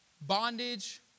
Bondage